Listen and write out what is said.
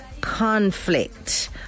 conflict